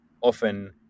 often